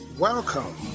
Welcome